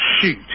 shoot